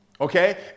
Okay